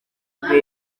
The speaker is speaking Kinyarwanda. kwe